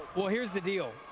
here is the deal,